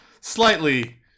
slightly